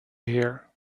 here